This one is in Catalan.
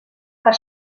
per